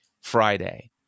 Friday